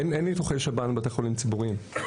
אין ניתוחי שב"ן בבתי חולים ציבוריים,